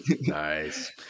Nice